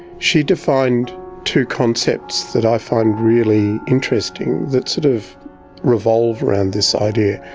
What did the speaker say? she defined two concepts that i find really interesting, that sort of revolve around this idea.